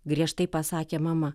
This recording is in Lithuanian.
griežtai pasakė mama